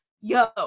yo